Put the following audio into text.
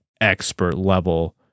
expert-level